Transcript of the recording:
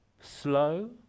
slow